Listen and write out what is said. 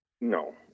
No